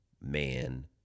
man